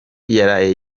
yaraye